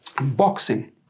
Boxing